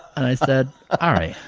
and i said, alright,